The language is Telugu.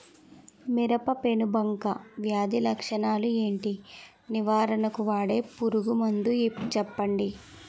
మిరప పెనుబంక వ్యాధి లక్షణాలు ఏంటి? నివారణకు వాడే పురుగు మందు చెప్పండీ?